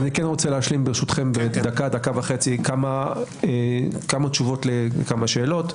כמה תשובות לכמה שאלות: